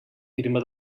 firma